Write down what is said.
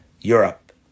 Europe